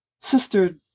sister